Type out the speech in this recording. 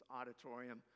auditorium